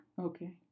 Okay